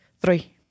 Three